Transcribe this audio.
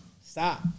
Stop